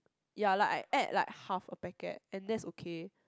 ya like I add like half of packet and that's okay